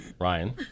Ryan